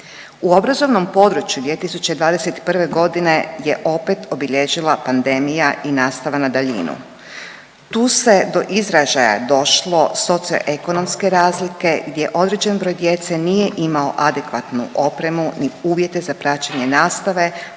U obrazovnom području 2021. godine je opet obilježila pandemija i nastava na daljinu. Tu se do izražaja došlo socioekonomske razlike gdje određen broj djece nije imao adekvatnu opremu ni uvjete za praćenje nastave,